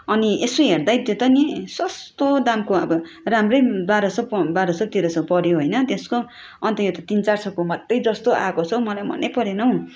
अनि यसो हेर्दै त्यो त नि सस्तो दामको अब राम्रै बाह्र सय प बाह्र सय तेह्र सय पऱ्यो होइन त्यसको अन्त यो त तिन चार सयको मात्रै जस्तो आएको छ हौ मलाई मनै परेन हौ